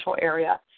area